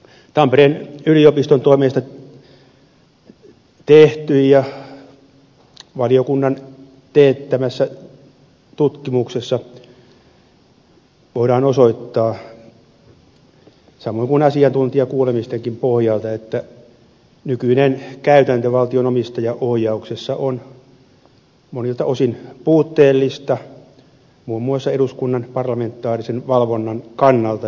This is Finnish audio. tampereen yliopiston toimesta tehdyssä ja valiokunnan teettämässä tutkimuksessa voidaan osoittaa samoin kuin asiantuntijakuulemistenkin pohjalta että nykyinen käytäntö valtion omistajaohjauksessa on monilta osin puutteellista muun muassa eduskunnan parlamentaarisen valvonnan kannalta